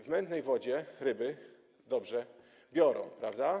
W mętnej wodzie ryby dobrze biorą, prawda?